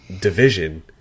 division